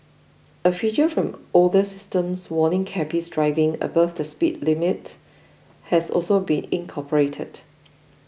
a feature from older systems warning cabbies driving above the speed limit has also been incorporated